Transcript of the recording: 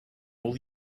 will